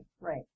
right